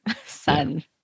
son